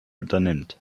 unternimmt